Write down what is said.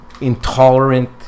intolerant